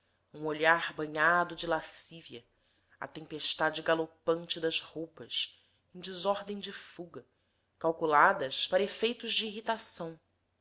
um olhar banhado de lascívia a tempestade galopante das roupas em desordem de fuga calculada para efeitos de irritação